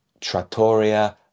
Trattoria